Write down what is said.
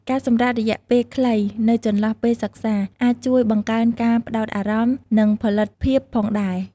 ការសម្រាករយៈពេលខ្លីនៅចន្លោះពេលសិក្សា អាចជួយបង្កើនការផ្តោតអារម្មណ៍ និងផលិតភាពផងដែរ។